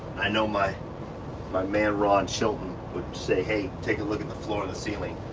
i know my my man ron shelton would say, hey, take a look at the floor and the ceiling.